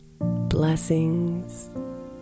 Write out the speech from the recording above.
Blessings